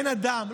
אין אדם,